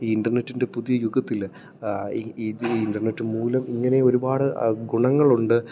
ഈ ഇൻറ്റർനെറ്റിൻ്റെ പുതിയ യുഗത്തിൽ ഇത് ഈ ഇൻറ്റർനെറ്റ് മൂലം ഇങ്ങനെയൊരുപാട് ഗുണങ്ങളുണ്ട്